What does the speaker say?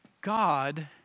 God